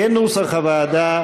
כנוסח הוועדה,